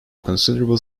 considerable